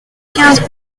quinze